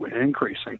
increasing